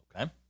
Okay